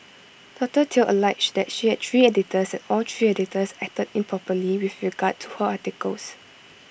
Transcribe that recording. doctor Teo alleged that she had three editors and all three editors acted improperly with regard to her articles